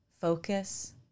focus